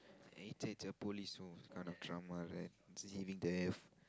it's it's a police kind of drama right deceiving death